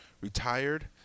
Retired